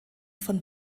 von